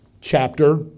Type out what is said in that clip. chapter